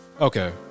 Okay